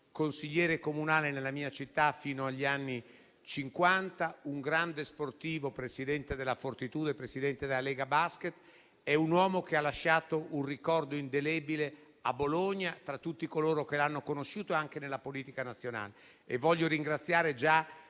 consigliere comunale nella mia città fino agli anni '50. È stato un grande sportivo, presidente della Fortitudo e presidente della Lega Basket. È un uomo che ha lasciato un ricordo indelebile a Bologna, tra tutti coloro che l'hanno conosciuto e anche nella politica nazionale. Voglio ringraziare